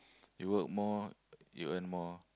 you work more you earn more